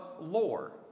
lore